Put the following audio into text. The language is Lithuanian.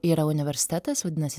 yra universitetas vadinasi